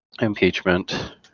impeachment